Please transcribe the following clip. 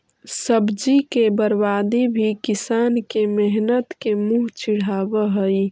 सब्जी के बर्बादी भी किसान के मेहनत के मुँह चिढ़ावऽ हइ